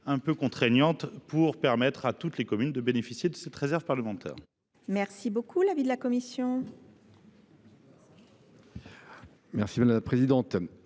peu contraignante qui permette à toutes les communes de bénéficier de la réserve parlementaire. Quel est l’avis de la commission